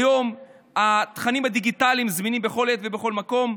כיום התכנים הדיגיטליים זמינים בכל עת ובכל מקום.